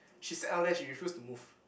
she sat down there she refuse to move